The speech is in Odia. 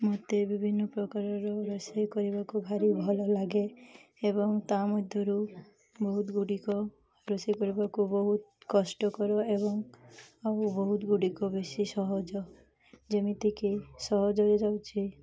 ମୋତେ ବିଭିନ୍ନ ପ୍ରକାରର ରୋଷେଇ କରିବାକୁ ଭାରି ଭଲଲାଗେ ଏବଂ ତା' ମଧ୍ୟରୁ ବହୁତ ଗୁଡ଼ିକ ରୋଷେଇ କରିବାକୁ ବହୁତ କଷ୍ଟକର ଏବଂ ଆଉ ବହୁତ ଗୁଡ଼ିକ ବେଶୀ ସହଜ ଯେମିତିକି ସହଜରେ ଯାଉଛି